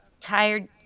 tired